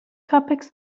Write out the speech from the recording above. topics